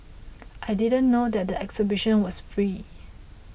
I didn't know that the exhibition was free